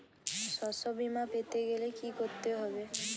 শষ্যবীমা পেতে গেলে কি করতে হবে?